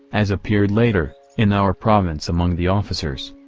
as appeared later, in our province among the officers.